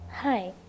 Hi